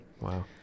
Wow